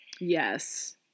Yes